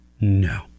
No